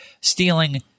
stealing